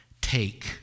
take